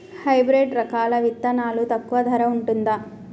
Hybrid రకాల విత్తనాలు తక్కువ ధర ఉంటుందా?